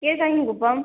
கீழ் தாங்கிக்குப்பம்